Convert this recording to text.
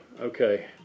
Okay